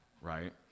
right